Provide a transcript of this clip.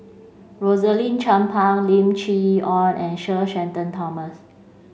Rosaline Chan Pang Lim Chee Onn and Sir Shenton Thomas